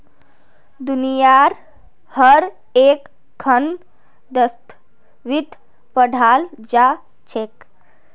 दुनियार हर एकखन देशत वित्त पढ़ाल जा छेक